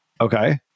okay